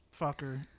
fucker